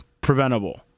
preventable